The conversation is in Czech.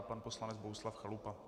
Pan poslanec Bohuslav Chalupa.